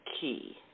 key